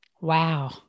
Wow